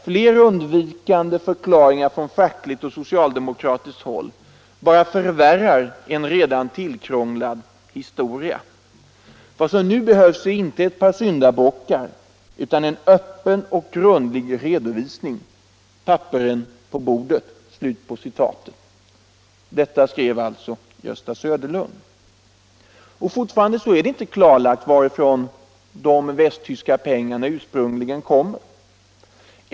Fler undvikande förklaringar från fackligt och socialdemokratiskt håll bara förvärrar en redan tillkrånglad historia. Vad som nu behövs är inte ett par syndabockar utan en öppen och grundlig redovisning. Pappren på bordet!” Fortfarande är det inte klarlagt varifrån de västtyska pengarna ursprungligen kommer.